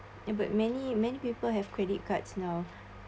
and but many many people have credit cards now